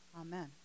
Amen